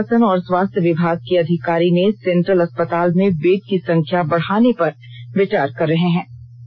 जिला प्रशासन और स्वास्थ्य विभाग के अधिकारी ने सेंट्रल अस्पताल में बेड की संख्या बढ़ाने पर विचार कर रहे है